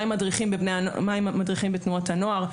מה עם המדריכים בתנועות הנוער,